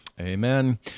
Amen